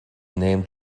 named